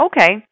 Okay